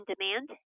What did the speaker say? Demand